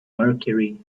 mercury